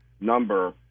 number